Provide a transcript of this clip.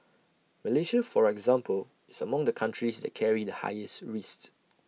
Malaysia for example is among the countries that carry the highest risk